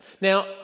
Now